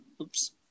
Oops